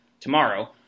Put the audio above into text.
tomorrow